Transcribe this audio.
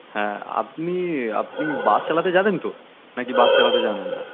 হ্যাঁ আপনি আপনি বাস চালাতে জানেন তো নাকি বাস চালাতে জানেন না